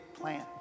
plan